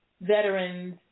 veterans